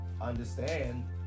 understand